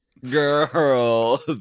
Girl